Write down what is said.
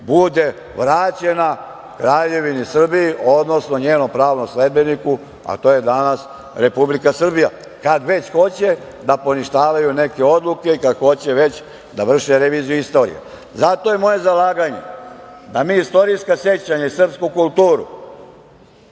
bude vraćena Kraljevini Srbiji, odnosno njenom pravnom sledbeniku, a to je danas Republika Srbija. Kad već hoće da poništavaju neke odluke, kada hoće da vrše reviziju istorije. Zato je moje zalaganje da mi istorijska sećanja i srpsku kulturu,